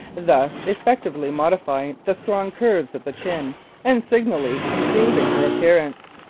thus effectively modifying the strong curves of the chin and signally improving her appearance.